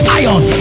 iron